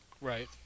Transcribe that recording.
Right